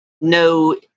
no